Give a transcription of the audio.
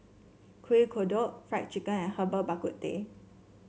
Kuih Kodok Fried Chicken and Herbal Bak Ku Teh